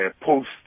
post